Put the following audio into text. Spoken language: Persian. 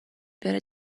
بره